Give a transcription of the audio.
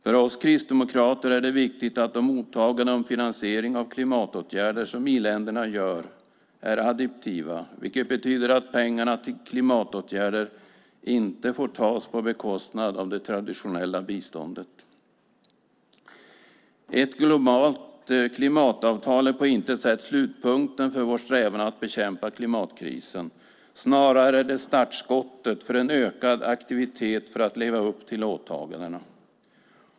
För oss kristdemokrater är det oerhört viktigt att de åtaganden om finansiering av klimatåtgärder som i-länderna gör är additiva, vilket betyder att pengarna till klimatåtgärder inte får tas på bekostnad av det traditionella biståndet. Ett globalt klimatavtal är på intet sätt slutpunkten för vår strävan att bekämpa klimatkrisen. Snarare är det startskottet för en ökad aktivitet för att leva upp till åtagandena.